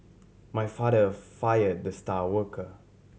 my father fire the star worker